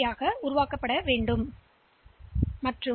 D உருவாகிறது ஏனெனில் B